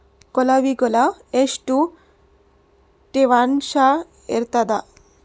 ಕೊಳವಿಗೊಳ ಎಷ್ಟು ತೇವಾಂಶ ಇರ್ತಾದ?